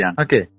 Okay